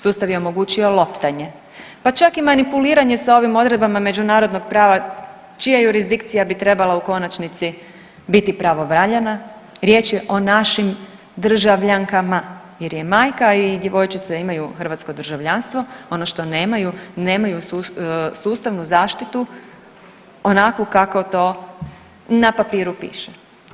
Sustav je omogućio loptanje, pa čak i manipuliranje s ovim odredbama međunarodnog prava čija jurisdikcija bi trebala u konačnici biti pravovaljana riječ je o našim državljankama jer je majka i djevojčica imaju hrvatsko državljanstvo, ono što nemaju, nemaju sustavnu zaštitu onakvu kako to na papiru piše.